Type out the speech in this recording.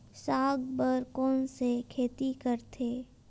साग बर कोन से खेती परथे?